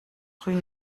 rue